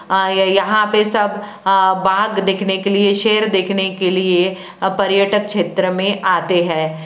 आए है यहाँ पर सब बाग देखने के लिए शेर देखने के लिए अब पर्यटक क्षेत्र में आते है